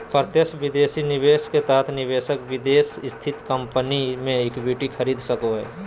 प्रत्यक्ष विदेशी निवेश के तहत निवेशक विदेश स्थित कम्पनी मे इक्विटी खरीद सको हय